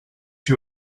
you